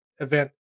event